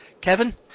kevin